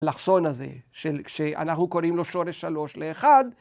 ‫האלכסון הזה, ‫שאנחנו קוראים לו שורש שלוש לאחד.